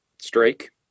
strike